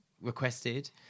requested